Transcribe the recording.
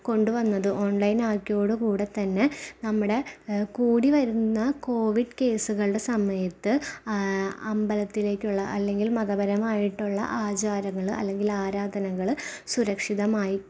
കൊണ്ടുവന്നത് ഓണ്ലൈന് ആക്കിയതോട് കൂടെത്തന്നെ നമ്മുടെ കൂടിവരുന്ന കോവിഡ് കേസുകളുടെ സമയത്ത് അമ്പലത്തിലേക്കുള്ള അല്ലെങ്കില് മതപരമായമായിട്ടുള്ള ആചാരങ്ങള് അല്ലെങ്കില് ആരാധനകള് സുരക്ഷിതമായി